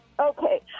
Okay